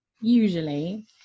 usually